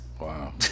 Wow